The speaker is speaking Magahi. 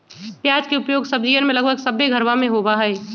प्याज के उपयोग सब्जीयन में लगभग सभ्भे घरवा में होबा हई